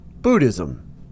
Buddhism